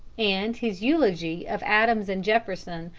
and his eulogy of adams and jefferson,